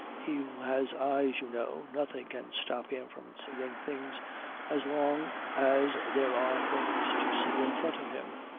he who has eyes, you know, nothing can stop him from seeing things as long as there are things to see in front of him.